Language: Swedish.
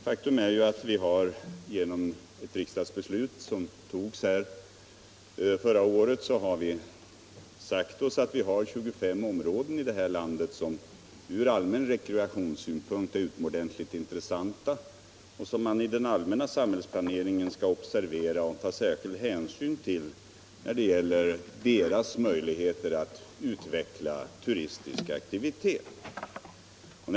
Faktum är att vi genom ett riksdagsbeslut som fattades förra året sade oss att vi har 25 områden i det här landet som ur allmän rekreationssynpunkt är utomordentligt intressanta och som man i den allmänna samhällsplaneringen bör ta särskild hänsyn till när det gäller deras möjligheter att utveckla turistisk aktivitet.